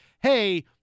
hey